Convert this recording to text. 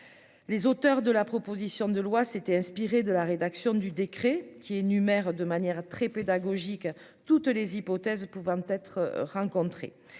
les auteurs de la proposition de loi s'était inspiré de la rédaction du décret qui énumère de manière très pédagogique, toutes les hypothèses pouvant être rencontrés,